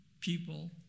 people